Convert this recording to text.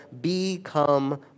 become